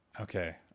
Okay